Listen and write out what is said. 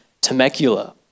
Temecula